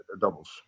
doubles